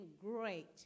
great